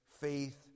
faith